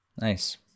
Nice